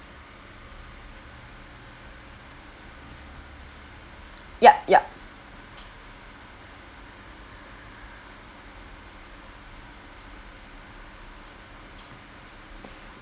yup yup